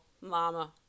mama